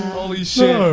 holy shit. no.